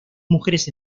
mujeres